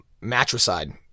matricide